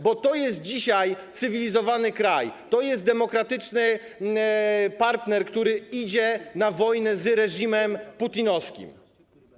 Bo to jest dzisiaj cywilizowany kraj, to jest demokratyczny partner, który idzie na wojnę z reżimem putinowskim.